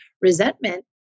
resentment